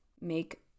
Make